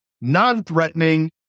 non-threatening